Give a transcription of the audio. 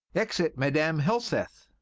exit madam helseth